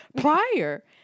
prior